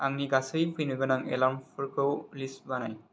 आंनि गासै फैनो गोनां एलार्मफोरखौ लिष्ट बानाय